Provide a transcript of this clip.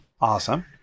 Awesome